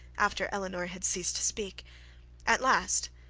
after elinor had ceased to speak at last,